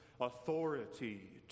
authority